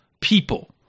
people